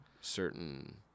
certain